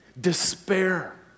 despair